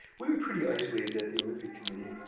we were pretty isolated at the olympic committee